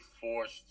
forced